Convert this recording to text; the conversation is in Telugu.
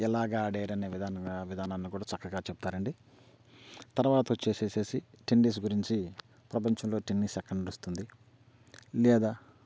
ఎలాగా ఆడారు అనే విధాన విధానాన్ని కూడా చక్కగా చెప్పారండి తర్వాత వచ్చి టెన్నిస్ గురించి ప్రపంచంలో టెన్నిస్ ఎక్కడ నడుస్తుంది లేదా